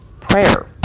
prayer